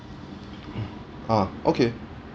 uh okay